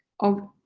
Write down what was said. of.